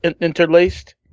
interlaced